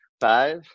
Five